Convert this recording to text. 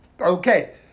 Okay